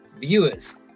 viewers